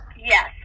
Yes